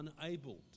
unable